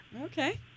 Okay